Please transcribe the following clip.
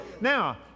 Now